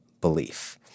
belief